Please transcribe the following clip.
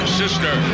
sister